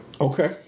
Okay